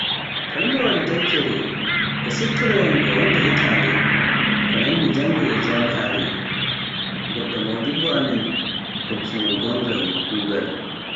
kalimaawaal tikkere e siftoroyaam e wonde hitande ko dem mi jannga e jam'iare, goɗɗo modibbo amin hokki min gongal kuugal.